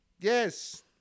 Yes